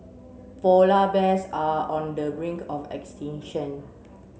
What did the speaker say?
polar bears are on the brink of extinction